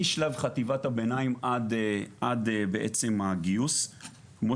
מישל בחטיבת הביניים עד עד בעצם הגיוס כמו